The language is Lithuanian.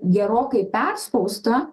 gerokai perspausta